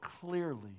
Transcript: clearly